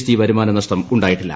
T വരുമാന നഷ്ടം ഉണ്ടായിട്ടില്ല